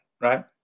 right